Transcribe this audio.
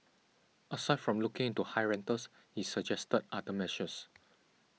aside from looking into high rentals he suggested other measures